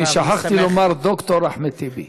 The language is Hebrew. אני שכחתי לומר: ד"ר אחמד טיבי.